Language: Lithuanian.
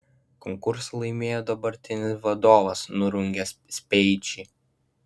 konkursą laimėjo dabartinis vadovas nurungęs speičį